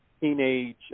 teenage